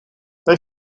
they